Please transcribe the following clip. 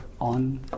on